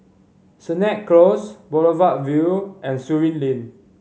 Sennett Close Boulevard Vue and Surin Lane